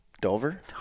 Dover